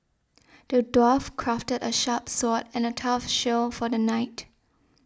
the dwarf crafted a sharp sword and a tough shield for the knight